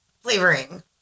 flavoring